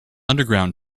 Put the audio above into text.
underground